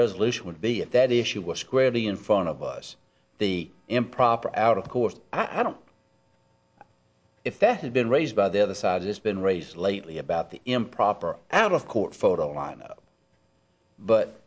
resolution would be if that issue were squarely in front of us the improper out of court i don't know if that had been raised by the other side has been raised lately about the improper out of court photo lineup but